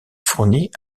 fournie